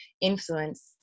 influence